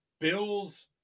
Bills –